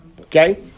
Okay